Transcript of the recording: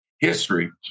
history